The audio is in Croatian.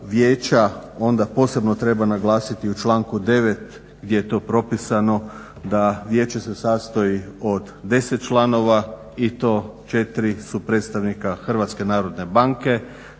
onda posebno treba naglasiti u članku 9. gdje je to propisano da vijeće se sastoji od 10 članova i to 4 su predstavnika Hrvatske narodne banke,